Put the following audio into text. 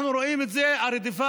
אנחנו רואים את זה, הרדיפה: